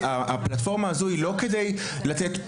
הפלטפורמה הזאת היא לא כדי לתת